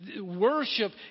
Worship